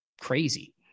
crazy